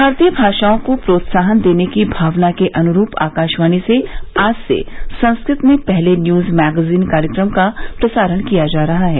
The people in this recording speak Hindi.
भारतीय भाषाओं को प्रोत्साहन देने की भावना के अनुरूप आकाशवाणी से आज से संस्कृत में पहले न्यूज मैगजीन कार्यक्रम का प्रसारण किया जा रहा है